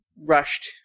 rushed